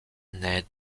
ned